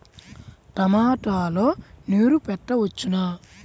టమాట లో నీరు పెట్టవచ్చునా?